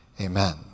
amen